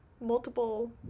multiple